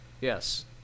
Yes